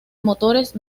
motores